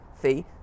fee